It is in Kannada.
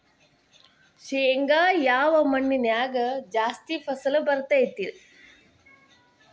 ಶೇಂಗಾ ಯಾವ ಮಣ್ಣಿನ್ಯಾಗ ಜಾಸ್ತಿ ಫಸಲು ಬರತೈತ್ರಿ?